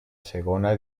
segona